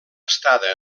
estada